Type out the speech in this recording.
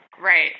right